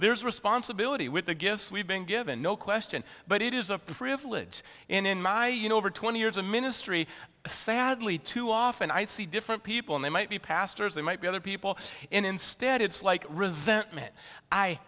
there's a responsibility with the gifts we've been given no question but it is a privilege in my you know over twenty years of ministry sadly too often i see different people and they might be pastors they might be other people instead it's like resentment i